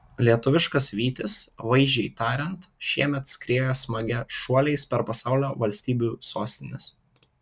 lietuviškas vytis vaizdžiai tariant šiemet skriejo smagia šuoliais per pasaulio valstybių sostines